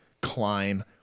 climb